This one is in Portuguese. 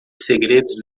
segredos